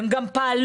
הם גם פעלו.